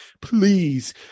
Please